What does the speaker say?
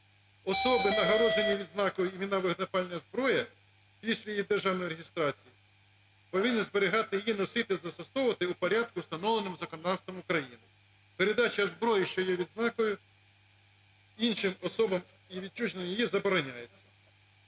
Особи, нагороджені відзнакою "Іменна вогнепальна зброя", після її державної реєстрації повинні зберігати її, носити, застосовувати у порядку, встановленому законодавством України. Передача зброї, що є відзнакою, іншим особам і відчуження її забороняється.